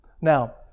Now